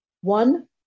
One